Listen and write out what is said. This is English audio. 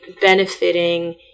benefiting